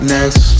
Next